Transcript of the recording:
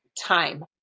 time